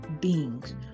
beings